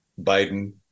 Biden